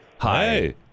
Hi